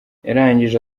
yarangije